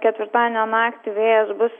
ketvirtadienio naktį vėjas bus